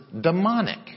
demonic